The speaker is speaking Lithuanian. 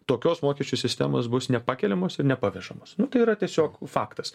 tokios mokesčių sistemos bus nepakeliamos ir nepavežamos nu tai yra tiesiog faktas